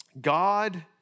God